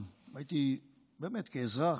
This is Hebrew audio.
כאזרח,